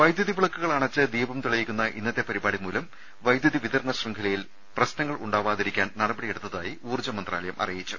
വൈദ്യുതി വിളക്കുകൾ അണച്ച് ദീപം തെളിയിക്കുന്ന ഇന്നത്തെ പരിപാടിമൂലം വൈദ്യുതി വിതരണ ശൃംഖല യിൽ പ്രശ്നങ്ങൾ ഉണ്ടാവാതിരിക്കാൻ നടപടിയെടുത്ത തായി ഊർജ്ജ മന്ത്രാലയം അറിയിച്ചു